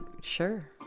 sure